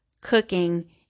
cooking